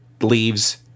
leaves